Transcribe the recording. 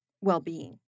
well-being